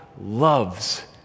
loves